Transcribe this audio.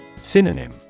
synonym